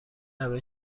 همه